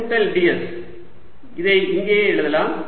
s கூட்டல் ds இதை இங்கேயே எழுதலாம்